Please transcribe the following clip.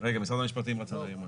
משרד המשפטים רצה להעיר משהו.